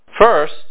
First